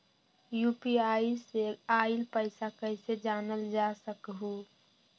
UPI से आईल पैसा कईसे जानल जा सकहु?